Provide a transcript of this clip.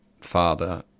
father